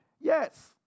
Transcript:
Yes